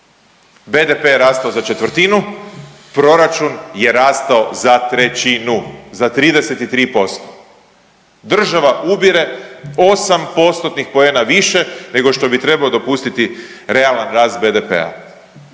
BDP je rastao za četvrtinu, proračun je rastao za trećinu za 33%. Država ubire 8 postotnih poena više nego što bi trebao dopustiti realan rast BDP-a.